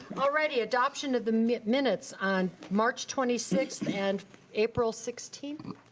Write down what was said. alrighty, adoption of the minutes on march twenty sixth and april sixteenth.